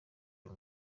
uyu